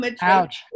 Ouch